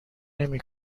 نمی